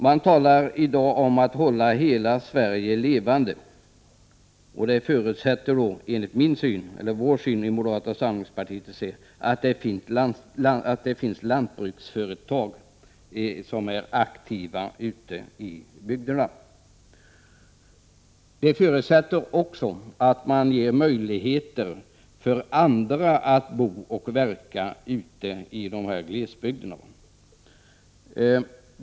Man talar i dag om att hela Sverige skall leva, och det förutsätter enligt vår syn i moderata samlingspartiet att det finns lantbruksföretag som är aktiva uteibygderna. Det förutsätter också att man ger möjligheter för andra att bo och verka i glesbygderna.